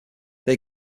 they